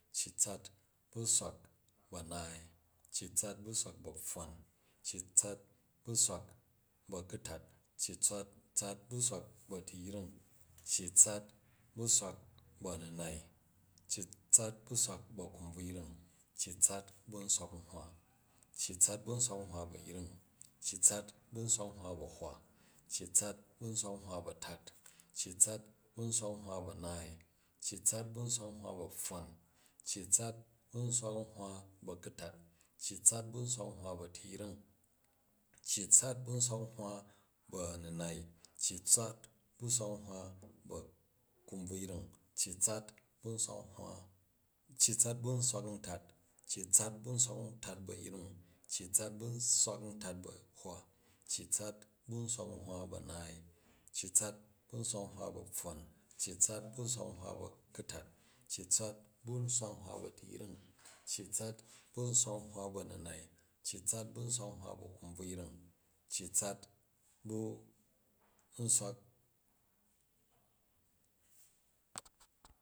Cyi tsat bu swak bu a̱naai, cyi tsat bu swak bu apfwon, cyi tsat bu swak bu a̱ku̱tat, cyi tsat bu swak bu a̱tiyring, cyi tsat bu swak bu a̱ninai, cyi tsat bu swak bu a̱tiyring, cyi tsat bu swak bunhwa, cyi tsat bu swak bu nhwa bu ayring, cyi tsat bu nswak nhwa bu a̱hwa, cyi tsat bu nswak nhwa bu a̱tat, cyi tsat bu nswak nhwa bu a̱naai, cyi tsat bu nswak nhwa bu apfwon, cyi tsat bu nswak nhwa bu a̱kutat, cyi tsat bu nswak nhwa bu a̱tiyring, cyi tsat bu nswak nhwa bu a̱ninai, cyi tsat bu nswak nhwa bu akumbvruyring, cyi tsat bu nswak nhwa, cyi tsat bu nswak ntat, cyi tsat bu nswak ntat bu a̱yring, cyi tsat bu nswak ntat bu a̱hwa, cyi tsat bu nswak nhwa a̱naai, cyi tsat bu nswak nhwa bu apfwon, cyi tsat bu nswak nhwa bu a̱ku̱tat, cyi tsat bu nswak nhwa bu a̱tiyring, cyi tsat bu nswak nhwa bu aninai, cyi tsat bu nswak nhwa bu akumbrvyring, cyi tsat bu nswa